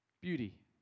beauty